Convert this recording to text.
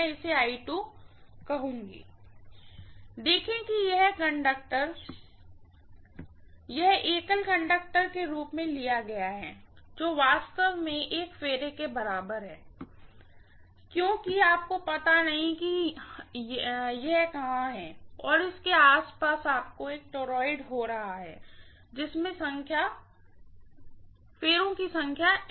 professor देखें कि यह कंडक्टर एक एकल कंडक्टर के रूप में लिया गया है जो वास्तव में एक फेरे के बराबर है क्योंकि आपको पता नहीं है कि यह कहाँ है और इसके आस पास आपको एक टॉराइड हो रहा है जिसमें संख्या में फेरे हैं